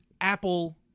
Apple